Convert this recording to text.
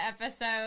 episode